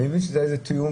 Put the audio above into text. אני מבין שהיה איזה תיאום.